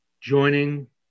joining